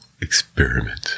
experiment